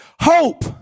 Hope